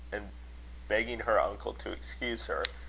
and begging her uncle to excuse her,